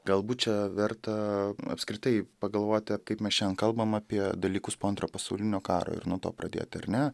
galbūt čia verta apskritai pagalvoti kaip mes šian kalbam apie dalykus po antro pasaulinio karo ir nuo to pradėti ar ne